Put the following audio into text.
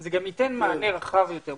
זה גם ייתן מענה רחב יותר.